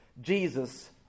Jesus